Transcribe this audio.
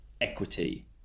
equity